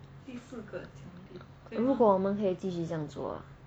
如果我们可以继续这样做